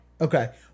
Okay